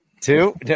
Two